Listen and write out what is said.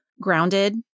grounded